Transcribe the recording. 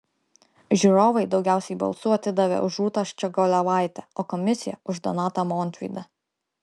žiūrovai daugiausiai balsų atidavė už rūtą ščiogolevaitę o komisija už donatą montvydą